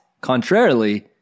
contrarily